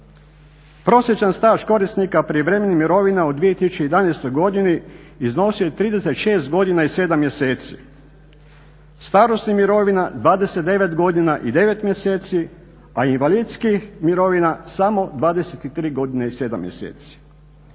Prosječan staž korisnika prijevremenih mirovina u 2011. godini iznosi 36 godina i 7 mjeseci. Starosnih mirovina 29 godina i 9 mjeseci a invalidskih mirovina samo 23 godine i 7 mjeseci.